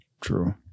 True